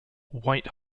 white